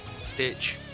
Stitch